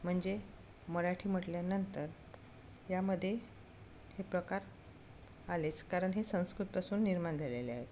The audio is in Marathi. म्हणजे मराठी म्हटल्यानंतर यामध्ये हे प्रकार आलेच कारण हे संस्कृतपासून निर्माण झालेले आहेत